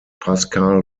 pascal